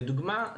לדוגמא,